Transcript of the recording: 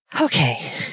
Okay